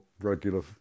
regular